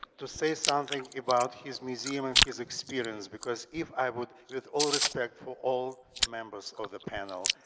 to say something about his museum and his experience. because if i would, with all respect for all members of the panel,